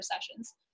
sessions